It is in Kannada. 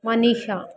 ಮನೀಷಾ